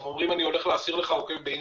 הם אומרים 'אני הולך להסיר לך עוקב באינסטגרם'.